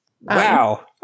Wow